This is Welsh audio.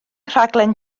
rhaglen